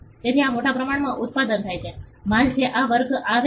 તેથી આ મોટા પ્રમાણમાં ઉત્પન્ન થાય છે માલ જે આ વર્ગમાં આવે છે